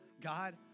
God